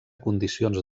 condicions